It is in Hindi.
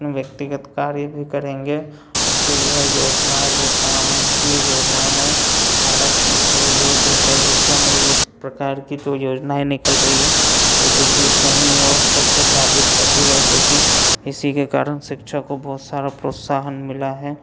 अपने व्यक्तिगत कार्य भी करेंगे इसलिए यह योजनाएँ बहुत काम की योजना है भारत के लिए जो कई हिस्सों में इस प्रकार की जो योजनाएँ निकल रही है वह बिल्कुल सही और सत्य साबित होती है क्योंकि इसी के कारण शिक्षा को बहुत सारा प्रोत्साहन मिला है